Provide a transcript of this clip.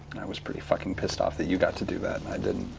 i was pretty fucking pissed off that you got to do that and i didn't.